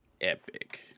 Epic